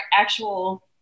actual